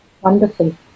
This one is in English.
Wonderful